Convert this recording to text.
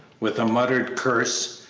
with a muttered curse,